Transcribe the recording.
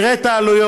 נראה את העלויות,